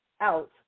out